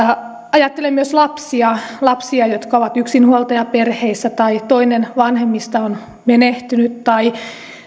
ajattelen myös lapsia lapsia jotka ovat yksinhuoltajaperheissä tai perheissä joista toinen vanhemmista on menehtynyt tai